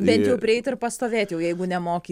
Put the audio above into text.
bent jau prieit ir pastovėt jau jeigu nemoki